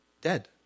dead